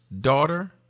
daughter